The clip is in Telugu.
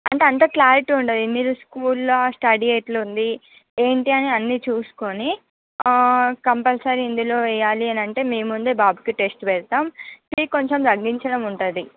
అంటే అంత క్లారిటీ ఉండదు ఎన్ని స్కూల్లో స్టడీ ఎలా ఉన్నాది ఏంటి అన్ని చూసుకుని ఆ కంపల్సరీ ఇందులో వెయ్యాలి అని అంటే మీ ముందే బాబుకి టెస్ట్ పెడతాం మీకు కొంచెం చదివించడం ఉంటుంది